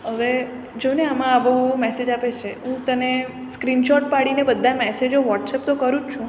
હવે જોને આમાં આવો મેસેજ આવે છે હું તને સ્ક્રીનશૉટ પાડીને બધા જ મેસેજો વોટ્સઅપ તો કરું જ છું